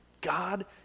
God